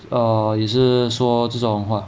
err 也是说这种话